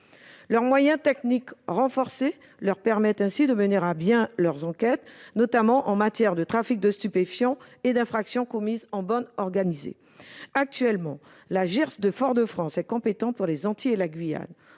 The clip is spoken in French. Leurs moyens techniques renforcés leur permettent ainsi de mener à bien leurs enquêtes, notamment en matière de trafic de stupéfiants et d'infraction commise en bande organisée. Actuellement, la JIRS de Fort-de-France est compétente pour les Antilles et la Guyane.